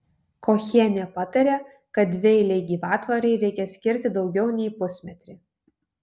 kochienė patarė kad dvieilei gyvatvorei reikia skirti daugiau nei pusmetrį